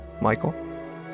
Michael